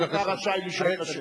אתה רשאי לשאול את השאלות.